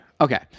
Okay